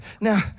now